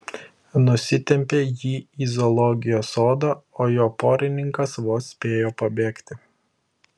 nusitempė jį į zoologijos sodą o jo porininkas vos spėjo pabėgti